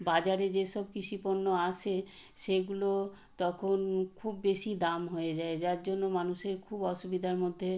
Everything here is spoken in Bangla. বাজারে যেসব কৃষি পণ্য আসে সেগুলো তখন খুব বেশি দাম হয়ে যায় যার জন্য মানুষের খুব অসুবিধার মধ্যে